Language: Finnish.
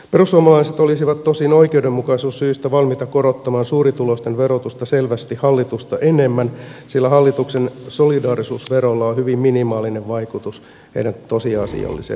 perussuomalaiset olisivat tosin oikeudenmukaisuussyistä valmiita korottamaan suurituloisten verotusta selvästi hallitusta enemmän sillä hallituksen solidaarisuusverolla on hyvin minimaalinen vaikutus näiden tosiasialliseen verotaakkaan